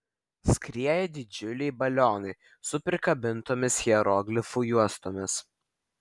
skrieja didžiuliai balionai su prikabintomis hieroglifų juostomis